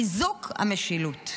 חיזוק המשילות.